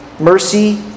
Mercy